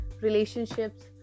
Relationships